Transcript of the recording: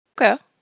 Okay